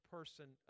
Person